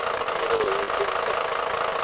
you know, you can just,